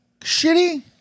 shitty